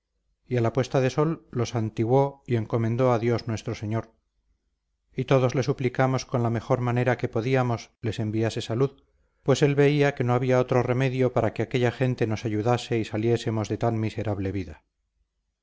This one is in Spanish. y a puesta de sol los santiguó y encomendó a dios nuestro señor y todos le suplicamos con la mejor manera que podíamos les enviase salud pues él veía que no había otro remedio para que aquella gente nos ayudase y saliésemos de tan miserable vida